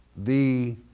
the